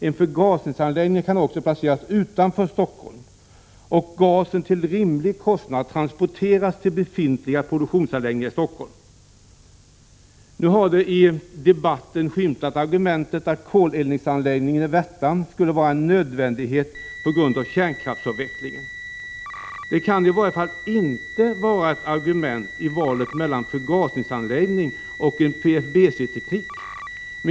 En förgasningsanläggning kan också placeras utanför Stockholm, och gasen kan till rimlig kostnad transporteras till befintliga produktionsanläggningar i Stockholm. I debatten har skymtat argumentet att koleldningsanläggningen i Värtan skulle vara nödvändig på grund av kärnkraftsavvecklingen. Det kan i varje fall inte vara ett argument i valet mellan förgasningsanläggning och PFBC-teknik.